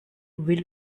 will